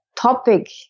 topic